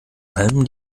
allem